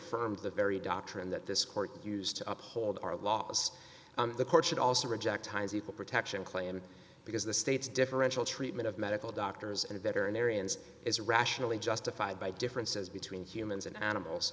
reaffirms the very doctrine that this court used to uphold our laws the courts should also reject times equal protection claim because the state's differential treatment of medical doctors and veterinarians is rationally justified by differences between humans and animals